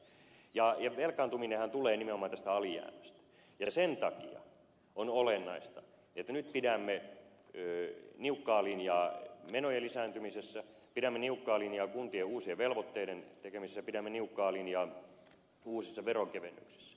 velkaantuminenhan tulee nimenomaan tästä alijäämästä ja sen takia on olennaista että nyt pidämme niukkaa linjaa menojen lisääntymisessä pidämme niukkaa linjaa kuntien uusien velvoitteiden tekemisessä pidämme niukkaa linjaa uusissa veronkevennyksissä